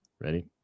Ready